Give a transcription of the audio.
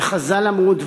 וחז"ל אמרו,